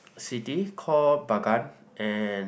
city call Bagan and